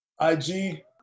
IG